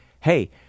hey